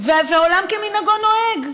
ועולם כמנהגו נוהג.